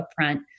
upfront